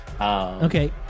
Okay